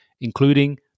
including